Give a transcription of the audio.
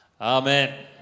Amen